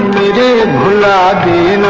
da and da da